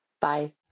bye